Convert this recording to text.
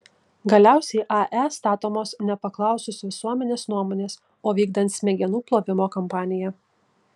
galiausiai ae statomos nepaklausus visuomenės nuomonės o vykdant smegenų plovimo kampaniją